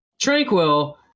Tranquil